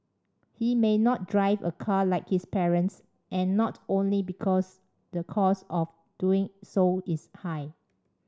he may not drive a car like his parents and not only because the cost of doing so is high